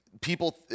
people